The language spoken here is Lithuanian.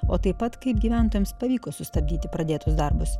o taip pat kaip gyventojams pavyko sustabdyti pradėtus darbus